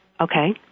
Okay